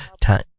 time